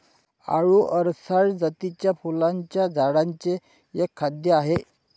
आळु अरसाय जातीच्या फुलांच्या झाडांचे एक खाद्य आहे